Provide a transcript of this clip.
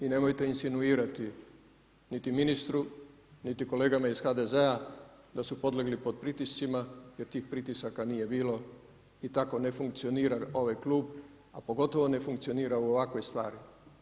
I nemojte insinuirati niti ministru niti kolegama iz HDZ-a da su podlegli pod pritiscima jer tih pritisaka nije ni bilo i tako ne funkcionira ovaj klub, a pogotovo ne funkcionira u ovakvoj stvari.